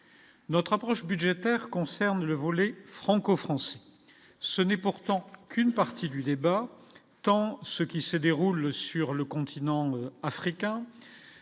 notre approche budgétaire concerne le volet franco-français, ce n'est pourtant qu'une partie du débat, tant ce qui se déroule sur le continent africain